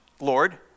Lord